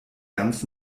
ganz